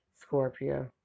Scorpio